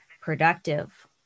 productive